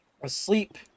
asleep